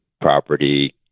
property